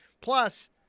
Plus